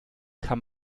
kann